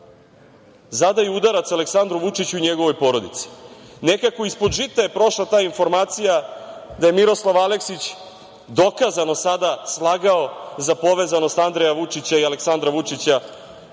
zadaju udarac Aleksandru Vučiću i njegovoj porodici. Nekako ispod žita je prošla ta informacija da je Miroslav Aleksić, dokazano sada, slagao za povezanost Andreja Vučića i Aleksandra Vučića